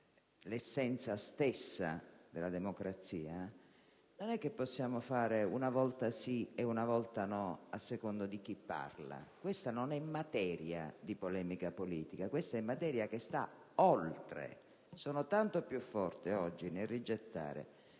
l'essenza stessa della democrazia), non possiamo farlo una volta sì e una volta no a seconda di chi parla. Questa non è materia di polemica politica, questa è materia che sta oltre. Sono tanto più forte oggi nel rigettare